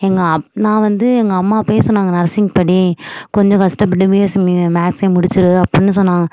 எங்கள் அப் நான் வந்து எங்கள் அம்மா பேசுனாங்க நர்சிங் படி கொஞ்சம் கஷ்டப்பட்டு பிஎஸ்சி நீ மேக்ஸ்ஸையும் முடிச்சுடு அப்படின்னு சொன்னாங்க